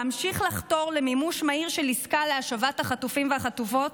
להמשיך לחתור למימוש מהיר של עסקה להשבת החטופים והחטופות,